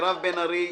מירב בן ארי,